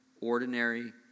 ordinary